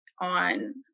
on